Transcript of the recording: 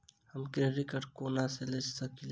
हम credit card कोना लऽ सकै छी?